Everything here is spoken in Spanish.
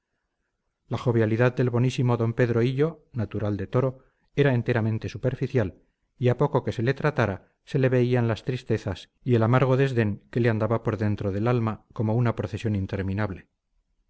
la jovialidad del bonísimo d pedro hillo natural de toro era enteramente superficial y a poco que se le tratara se le veían las tristezas y el amargo desdén que le andaba por dentro del alma como una procesión interminable